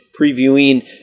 previewing